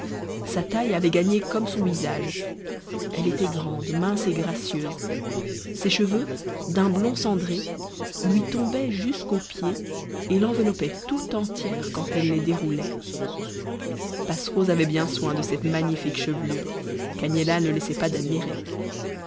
sa taille avait gagné comme son visage elle était grande mince et gracieuse ses cheveux d'un blond cendré lui tombaient jusqu'aux pieds et l'enveloppaient tout entière quand elle les déroulait passerose avait bien soin de cette magnifique chevelure qu'agnella ne se lassait pas d'admirer